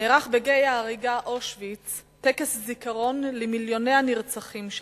נערך בגיא ההריגה אושוויץ טקס זיכרון למיליוני הנרצחים שם,